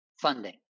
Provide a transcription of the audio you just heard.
Funding